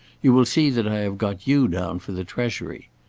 you will see that i have got you down for the treasury.